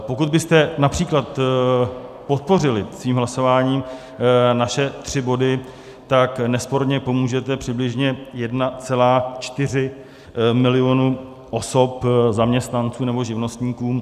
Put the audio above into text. Pokud byste například podpořili svým hlasováním naše tři body, tak nesporně pomůžete přibližně 1,4 milionu osob, zaměstnancům nebo živnostníkům.